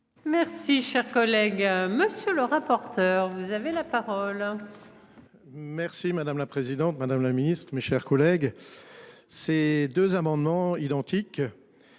Merci cher collègue. Monsieur le rapporteur. Vous avez la parole. Merci madame la présidente Madame la Ministre, mes chers collègues. Ces deux amendements identiques.